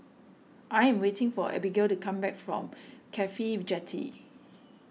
I'm waiting for Abbigail to come back from Cafhi Jetty